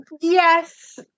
yes